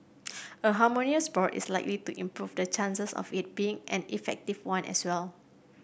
a harmonious board is likely to improve the chances of it being an effective one as well